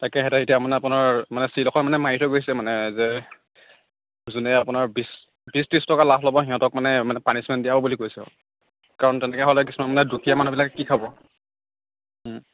তাকে সিহঁতে এতিয়া মানে আপোনাৰ মানে ছিল এখন মানে মাৰি থৈ গৈছে মানে যে যোনে আপোনাৰ বিশ বিশ ত্ৰিছ টকা লাভ ল'ব সিহঁতক মানে মানে পানিছমেণ্ট দিয়া হ'ব বুলি কৈছে কাৰণ তেনেকৈ হ'লে কিছুমান মানে দুখীয়া মানুহবিলাকে কি খাব ও